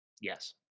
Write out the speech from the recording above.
Yes